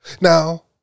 Now